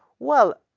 well,